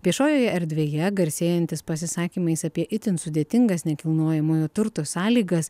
viešojoje erdvėje garsėjantis pasisakymais apie itin sudėtingas nekilnojamojo turto sąlygas